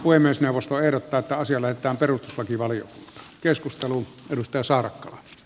puhemiesneuvosto ehdottaa että asia lähetetään perustuslakivaliokuntaan